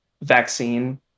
vaccine